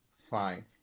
fine